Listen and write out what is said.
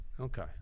Okay